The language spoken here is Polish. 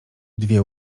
dwie